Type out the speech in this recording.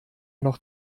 noch